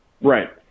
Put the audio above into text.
Right